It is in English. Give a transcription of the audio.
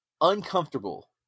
Uncomfortable